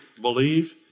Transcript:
believe